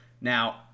Now